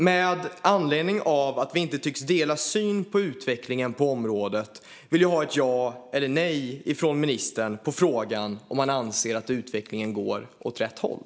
Med anledning av att vi inte tycks dela syn på utvecklingen på området vill jag ha ett ja eller nej från ministern på frågan om han anser att utvecklingen går åt rätt håll.